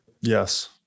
Yes